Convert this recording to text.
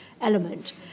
element